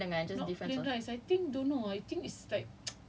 so it's it's just plain rice chicken dengan just different sauce